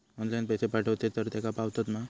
Online पैसे पाठवचे तर तेका पावतत मा?